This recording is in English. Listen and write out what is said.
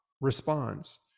responds